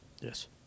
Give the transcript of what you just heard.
Yes